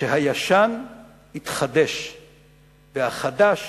ש"הישן יתחדש והחדש